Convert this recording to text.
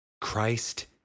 Christ